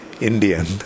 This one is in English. Indian